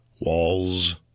walls